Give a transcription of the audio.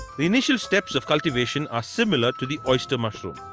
the initial steps of cultivation are similar to the oyster mushroom.